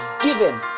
given